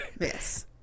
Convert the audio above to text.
Yes